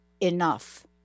enough